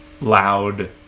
loud